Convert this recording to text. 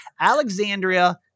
Alexandria